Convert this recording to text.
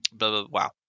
Wow